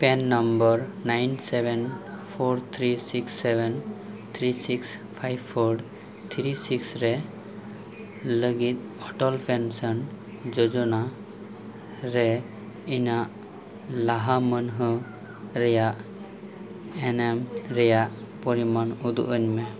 PAN number nine seven four three six seven three six five four three six ᱨᱮ ᱞᱟᱹᱜᱤᱫ ᱦᱚᱴᱚᱞ pension ᱡᱚᱡᱚᱱᱟ ᱨᱮ ᱤᱧᱟᱹᱜ ᱞᱟᱦᱟ ᱢᱟᱹᱱᱦᱟᱹ ᱨᱮᱭᱟᱜ ᱦᱮᱱᱮᱢ ᱨᱮᱭᱟᱜ ᱯᱚᱨᱤᱢᱟᱱ ᱩᱫᱩᱜ ᱟᱹᱧ ᱢᱮ